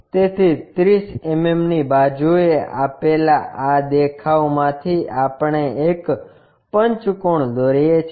તેથી 30 mm ની બાજુએ આપેલા આ દેખાવમાં થી આપણે એક પંચકોણ દોરીએ છીએ